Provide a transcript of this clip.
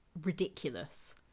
ridiculous